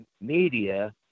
media